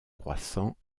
croissants